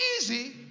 easy